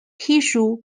tissue